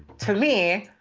to me,